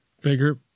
Bigger